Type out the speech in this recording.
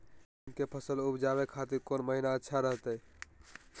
मूंग के फसल उवजावे खातिर कौन महीना अच्छा रहतय?